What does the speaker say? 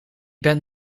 bent